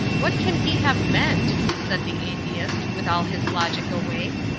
what can he have meant? said the atheist, with all his logic awake.